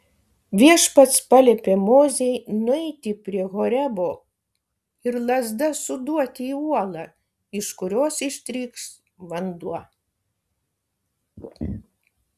viešpats paliepė mozei nueiti prie horebo ir lazda suduoti į uolą iš kurios ištrykš vanduo